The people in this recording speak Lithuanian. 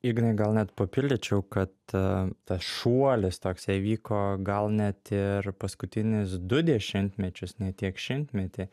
ignai gal net papildyčiau kad tas šuolis toks įvyko gal net ir paskutinius du dešimtmečius ne tiek šimtmetį